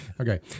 Okay